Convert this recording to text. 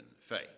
faith